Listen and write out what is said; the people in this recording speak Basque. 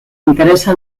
interesa